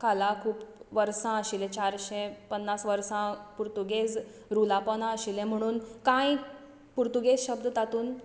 खाला खूब वर्सां आशिल्लें चारशे पन्नास वर्सां पुर्तुगेज रुला पोंदा आशिल्लें म्हूण कांय पुर्तुगेज शब्द तातूंत